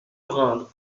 rendre